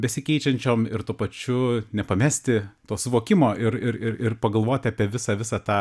besikeičiančiom ir tuo pačiu nepamesti to suvokimo ir ir ir ir pagalvoti apie visą visą tą